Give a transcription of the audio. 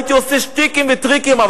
הייתי עושה שטיקים וטריקים,